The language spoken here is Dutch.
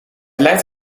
lijdt